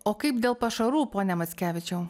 o kaip dėl pašarų pone mackevičiau